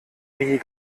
nie